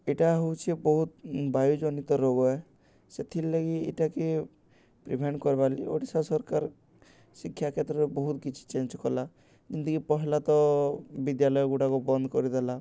ଇଟା ହଉଛେ ବହୁତ୍ ବାୟୁଜନିତ ରୋଗ ଏ ସେଥିର୍ ଲଗି ଇଟାକେ ପ୍ରିଭେଣ୍ଟ୍ କର୍ବାର୍ଲାଗି ଓଡ଼ିଶା ସର୍କାର୍ ଶିକ୍ଷା କ୍ଷେତ୍ରରେ ବହୁତ୍ କିଛି ଚେଞ୍ଜ୍ କଲା ଯେମିତିକି ପହେଲା ତ ବିଦ୍ୟାଳୟଗୁଡ଼ାକ ବନ୍ଦ୍ କରିଦେଲା